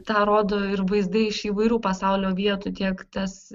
tą rodo ir vaizdai iš įvairių pasaulio vietų tiek tas